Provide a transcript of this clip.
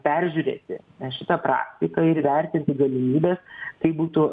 peržiūrėti šitą praktiką ir įvertinti galimybes tai būtų